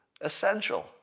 Essential